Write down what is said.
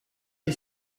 est